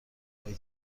روی